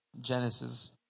Genesis